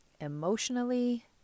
emotionally